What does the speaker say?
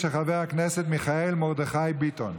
של חבר הכנסת מיכאל מרדכי ביטון.